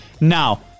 Now